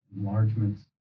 enlargements